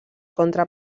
contra